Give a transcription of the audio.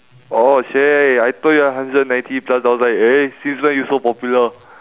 orh !chey! I thought you have hundred ninety plus I was like eh since when you so popular